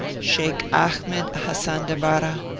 sheikh ahmed hasan tabara,